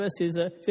verses